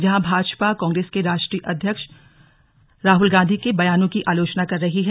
जहां भाजपा कांग्रेस के राष्ट्रीय अध्यक्ष राहुल गांधी के बयानों की आलोचना कर रही है